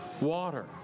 water